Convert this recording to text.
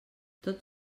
tot